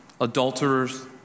adulterers